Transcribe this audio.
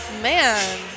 man